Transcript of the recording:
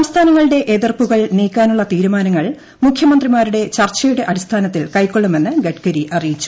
സംസ്ഥാനങ്ങളുടെ എതിർപ്പുകൾ നീക്കാനുള്ള തീരുമാനങ്ങൾ മുഖ്യമന്ത്രിമാരുമായുള്ള ചർച്ചയുടെ അടിസ്ഥാനത്തിൽ കൈക്കൊള്ളുമെന്ന് ഗഡ്കരി അറിയിച്ചു